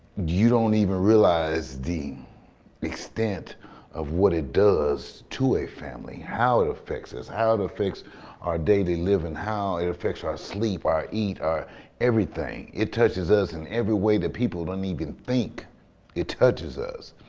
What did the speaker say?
don't even realize the extent of what it does to a family how it affects us, how it affects our daily living how it affects our sleep, our eat, our everything. it touches us in every way that people don't even think it touches us.